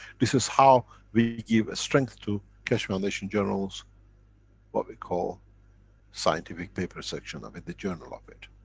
this is how we give strength to keshe foundation journals what we call scientific paper section of it, the journal of it,